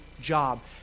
job